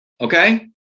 okay